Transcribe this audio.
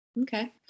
Okay